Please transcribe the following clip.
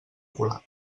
colat